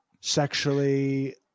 sexually